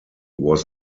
was